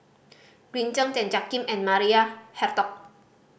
Green Zeng Tan Jiak Kim and Maria Hertogh